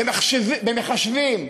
במחשבים,